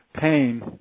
pain